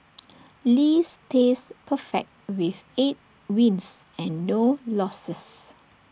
lee stays perfect with eight wins and no losses